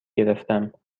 گرفتم